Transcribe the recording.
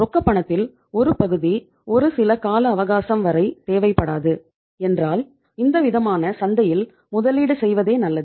ரொக்க பணத்தில் ஒரு பகுதி ஒரு சில கால அவகாசம் வரை தேவைப்படாது என்றால் இந்தவிதமான சந்தையில் முதலீடு செய்வதே நல்லது